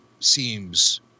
Seems